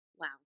Wow